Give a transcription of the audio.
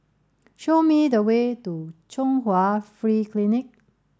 show me the way to Chung Hwa Free Clinic